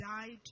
died